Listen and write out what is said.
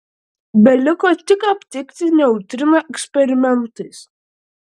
beliko tik aptikti neutriną eksperimentais